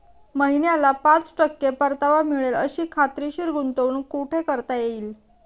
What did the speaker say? महिन्याला पाच टक्के परतावा मिळेल अशी खात्रीशीर गुंतवणूक कुठे करता येईल?